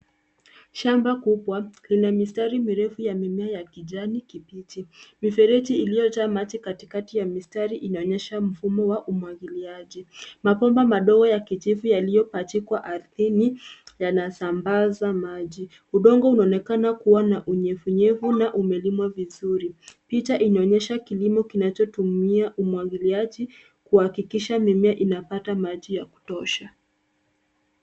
Shamba kubwa, lina mistari mirefu ya mimea ya kijani kibichi. Mifereji iliojaa maji katikati ya mistari inaonyesha mfumo wa umwagiliaji. Mabomba madogo ya kijivu yalio pachikwa ardhini yanasambaza maji. Udongo unaonekana kuwa na unyevunyevu na umelimwa vizuri. Picha inaonyesha kilimo kinachotumia umwangiliaji kwa kuhakikisha mimea inapata maji ya kutosha.